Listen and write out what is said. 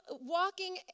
walking